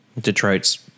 Detroit's